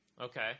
Okay